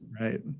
Right